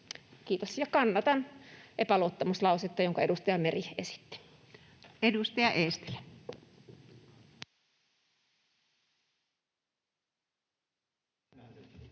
— Kannatan epäluottamuslausetta, jonka edustaja Meri esitti. Edustaja Eestilä.